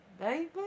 baby